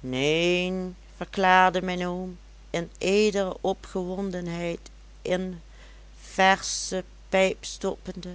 neen verklaarde mijn oom in edele opgewondenheid een versche pijp stoppende